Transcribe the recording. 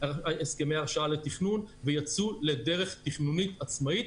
הסכמי הרשאה לתכנון ויצאו לדרך תכנונית עצמאית,